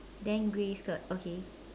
then grey skirt okay